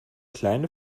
kleine